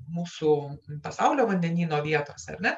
mūsų pasaulio vandenyno vietose ar ne